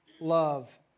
love